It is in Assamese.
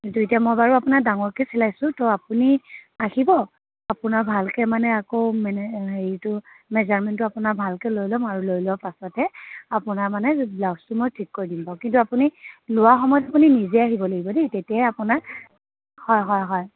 কিন্তু এতিয়া মই বাৰু আপোনাৰ ডাঙৰকৈ চিলাইছোঁ ত' আপুনি আহিব আপোনাৰ ভালকৈ মানে আকৌ মানে হেৰিটো মেজাৰমেণ্টটো আপোনাৰ ভালকৈ লৈ ল'ম আৰু লৈ লোৱা পাছতহে আপোনাৰ মানে ব্লাউজটো মই ঠিক কৰি দিম বাৰু কিন্তু আপুনি লোৱা সময়ত আপুনি নিজে আহিব লাগিব দেই তেতিয়াহে আপোনাৰ হয় হয় হয়